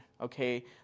okay